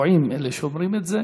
טועים אלה שאומרים את זה.